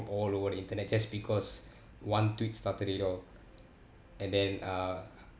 all over the internet just because one tweet started it all and then uh